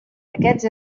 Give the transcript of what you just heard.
aquests